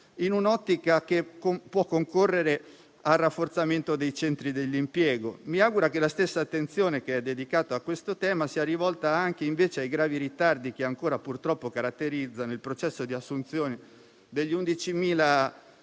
in un'ottica che può concorrere al rafforzamento dei centri dell'impiego. Mi auguro che la stessa attenzione dedicata a questo tema sia rivolta anche ai gravi ritardi che ancora purtroppo caratterizzano il processo di assunzione degli 11.000